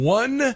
one